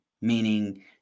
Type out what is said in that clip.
meaning